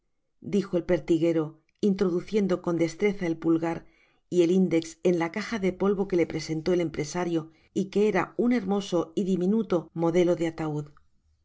dijo el pertiguero introduciendo con destreza el pulgar y el index en la caja de polvo que le presentó el empresario y que era un hermoso y diminuto modelo de ataud os